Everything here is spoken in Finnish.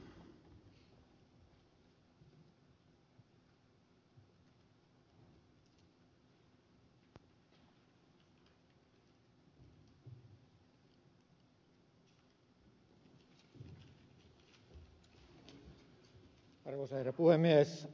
arvoisa herra puhemies